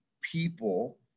people